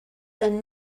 and